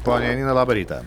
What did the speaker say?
ponia janina labą rytą